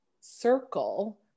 circle